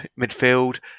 midfield